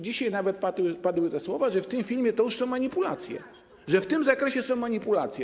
Dzisiaj nawet padły te słowa, że w tym filmie to już są manipulacje, że w tym zakresie są manipulacje.